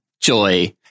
Joy